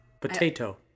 Potato